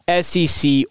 SEC